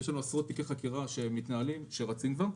יש לנו עשרות תיקי חקירה שמתנהלים, שרצים כבר.